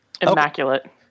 Immaculate